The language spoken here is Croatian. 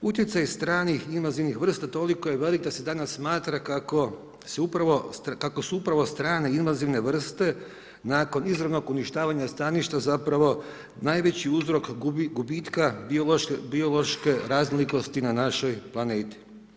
Utjecaj stranih invazivnih vrsta toliko je velik da se danas smatra kako se upravo, kako su upravo strane invazivne vrste nakon izravnog uništavanja staništa zapravo najveći uzrok gubitka biološke raznolikosti na našoj planeti.